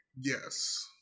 Yes